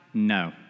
No